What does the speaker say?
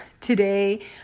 Today